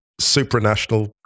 supranational